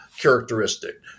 characteristic